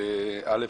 ראשית,